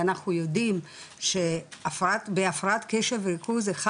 ואנחנו יודעים שבהפרעת קשב וריכוז אחד